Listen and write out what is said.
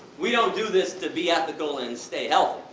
we don't do this to be ethical and stay healthy.